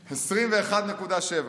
21.7,